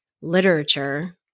literature